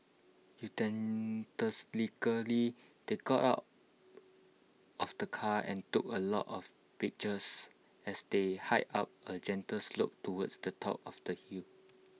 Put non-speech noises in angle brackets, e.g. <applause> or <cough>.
<unintelligible> they got out of the car and took A lot of pictures as they hiked up A gentle slope towards the top of the hill